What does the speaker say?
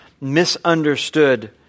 misunderstood